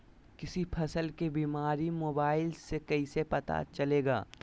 किसी फसल के बीमारी मोबाइल से कैसे पता चलेगा?